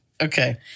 Okay